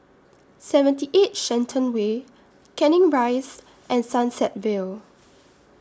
seventy eight Shenton Way Canning Rise and Sunset Vale